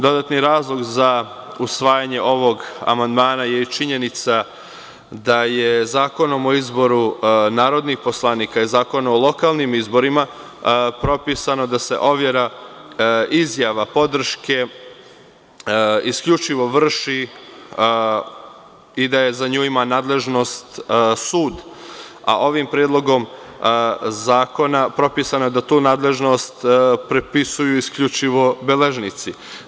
Dodatni razlog za usvajanje ovog amandmana je i činjenica da je Zakonom o izboru narodnih poslanika i Zakonom o lokalnim izborima, propisano da se overa izjava podrške isključivo vrši i da za nju ima nadležnost sud, a ovim predlogom zakona propisano je da tu nadležnost propisuju isključivo beležnici.